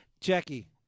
Jackie